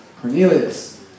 Cornelius